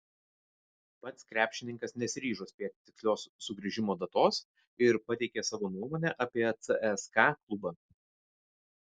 pats krepšininkas nesiryžo spėti tikslios sugrįžimo datos ir pateikė savo nuomonę apie cska klubą